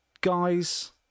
guys